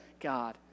God